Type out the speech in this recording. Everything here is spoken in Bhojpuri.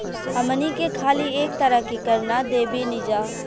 हमनी के खाली एक तरह के कर ना देबेनिजा